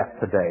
today